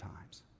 times